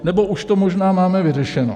Nebo už to možná máme vyřešeno.